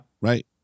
Right